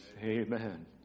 Amen